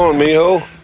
um mail